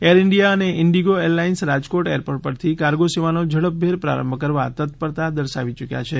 air India અને IndiGo airlines Rajkot airport પરથી cargo સેવાનો ઝડપભેર પ્રારંભ કરવા તત્પરતા દર્શાવી યૂક્યા છે